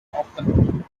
often